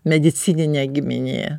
medicininė giminė